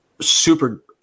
super